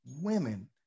women